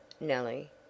Nellie